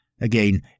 Again